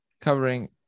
covering